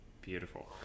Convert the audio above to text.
Beautiful